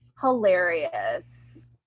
hilarious